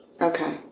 Okay